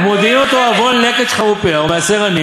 ומודיעין אותו עוון לקט שכחה ופאה ומעשר עני,